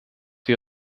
wir